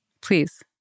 Please